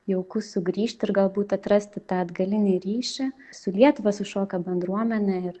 jauku sugrįžt ir galbūt atrasti tą atgalinį ryšį su lietuva su šokio bendruomene ir